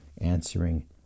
answering